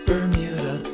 Bermuda